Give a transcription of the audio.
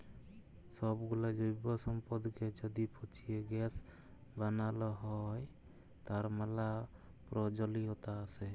সবগুলা জৈব সম্পদকে য্যদি পচিয়ে গ্যাস বানাল হ্য়, তার ম্যালা প্রয়জলিয়তা আসে